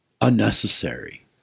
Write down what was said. unnecessary